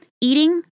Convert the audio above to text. eating